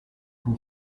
who